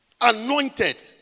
anointed